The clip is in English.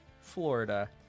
Florida